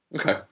Okay